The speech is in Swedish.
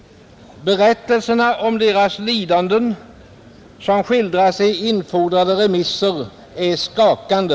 Berättelserna om deras lidanden, som skildras i infordrade remissvar, är skakande.